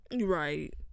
Right